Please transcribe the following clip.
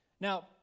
Now